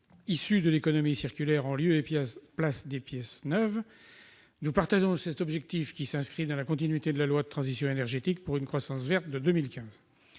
issues de l'économie circulaire en lieu et place des pièces neuves. Nous faisons nôtre cet objectif, qui s'inscrit dans la continuité de la loi relative à la transition énergétique pour la croissance verte,